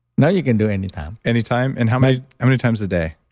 no, you can do any time any time. and how many many times a day?